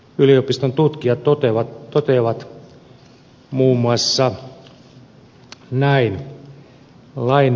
yliopiston tutkijat toteavat muun muassa näin